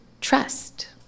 trust